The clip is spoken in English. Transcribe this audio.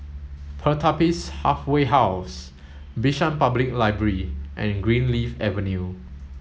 Pertapis Halfway House Bishan Public Library and Greenleaf Avenue